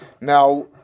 Now